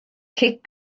cic